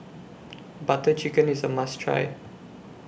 Butter Chicken IS A must Try